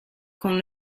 con